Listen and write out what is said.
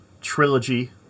trilogy